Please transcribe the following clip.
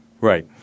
Right